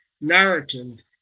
narrative